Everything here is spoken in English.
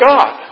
God